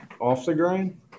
Off-the-grain